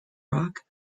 rock